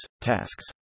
tasks